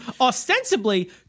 ostensibly